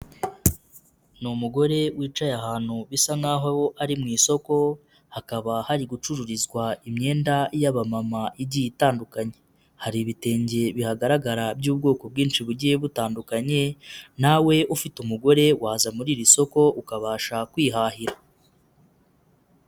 Ni umugore wicaye ahantu bisa nk'aho ari mu isoko, hakaba hari gucururizwa imyenda y'abamama igiye itandukanye, hari ibitenge bihagaragara by'ubwoko bwinshi bugiye butandukanye na we ufite umugore, waza muri iri soko ukabasha kwihahira.